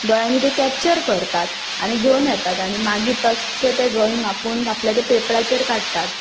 दोळ्यांनी ते कॅप्चर करतात आनी घेवन येतात आनी मागीर तश्शें तें ड्रॉइंग आपूण आपल्या ते पेपराचेर काडटात